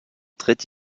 traite